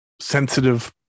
sensitive